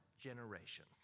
generation